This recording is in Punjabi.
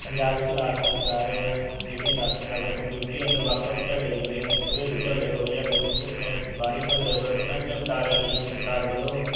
ਪੰਜਾਬ ਵਿੱਚ ਰਾਜ ਸਰਕਾਰ ਜਿਹੜੀ ਰਾਜ ਸਰਕਾਰ ਕੰਪਿਊਨਟੀ ਅੰਦਰ ਵੱਖ ਵੱਖ ਝਗੜੇ ਜਿਵੇਂ ਘਰੇਲੂ ਝਗੜੇ ਹੋ ਗਏ ਜਾਂ ਕੋਈ ਵੀ ਆਪਣੇ ਬਾਹਰੀ ਝਗੜੇ ਹੋ ਗਏ ਉਹਨਾਂ ਦੇ ਨਿਪਟਾਰੇ ਲਈ ਸਰਕਾਰ ਵੱਲੋਂ